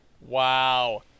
wow